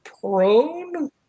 prone